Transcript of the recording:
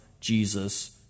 Jesus